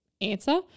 answer